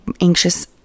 anxious